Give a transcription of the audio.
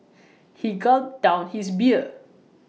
he gulped down his beer